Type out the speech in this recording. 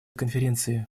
конференции